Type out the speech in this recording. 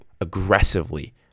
aggressively